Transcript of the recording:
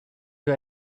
you